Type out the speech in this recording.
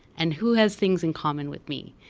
and who has things in common with me?